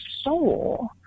soul